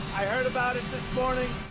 i heard about it this morning.